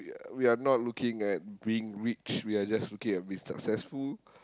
we are we are not looking at being rich we are just looking at being successful